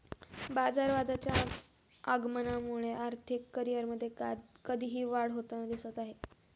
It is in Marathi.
बाजारवादाच्या आगमनामुळे आर्थिक करिअरमध्ये कधीही वाढ होताना दिसत आहे